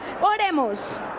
Oremos